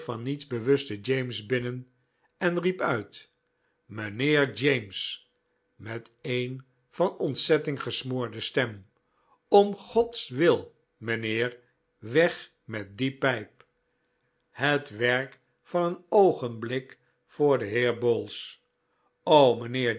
van niets bewusten james binnen en riep uit mijnheer james met een van ontzetting gesmoorde stem om gods wil mijnheer weg met die pijp het werk van een oogenblik voor den heer bowls